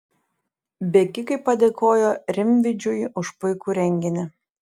bėgikai padėkojo rimvydžiui už puikų renginį